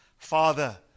father